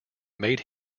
made